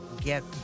get